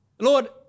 Lord